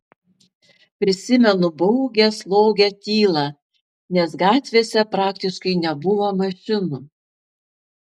prisimenu baugią slogią tylą nes gatvėse praktiškai nebuvo mašinų